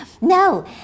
No